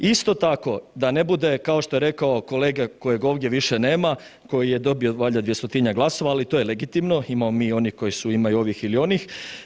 Isto tako, da ne bude kao što je rekao kolega kojeg ovdje više nema, koji je dobio valjda 200-tinjak glasova, ali to je legitimno, imamo mi i onih koji su imaju ovih ili onih.